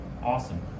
Awesome